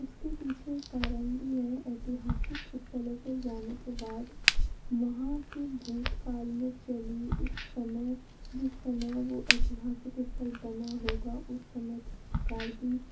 उसके पीछे एक कारण भी है ऐतिहासिक स्थलों पर जाने के बाद वहाँ की भूतकाल में चली उस समय जिस समय वो ऐतिहासिक स्थल बना होगा उस समय किस प्रकार की